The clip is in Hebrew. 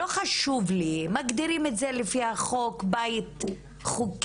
לא חשוב לי אם מגדירים את זה לפי החוק בית חוקי,